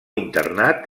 internat